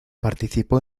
participó